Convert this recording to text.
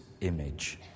image